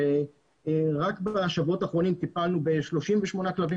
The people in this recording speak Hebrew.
רק בשבועות האחרונים טיפלנו ב-38 כלבים